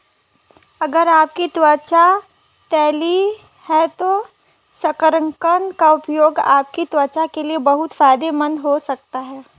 अगर आपकी त्वचा तैलीय है तो शकरकंद का उपयोग आपकी त्वचा के लिए बहुत फायदेमंद हो सकता है